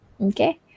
Okay